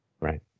Right